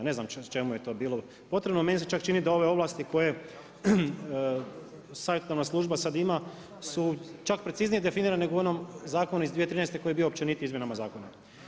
Ne znam čemu je to bilo potrebno, meni se čak čini da ove ovlasti koje savjetodavna služba sad ima, su čak preciznije definirane, nego u onom zakonom iz 2013. koji je bio općenitiji izmjenama zakona.